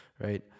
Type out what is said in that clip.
right